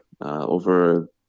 over